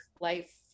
life